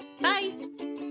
Bye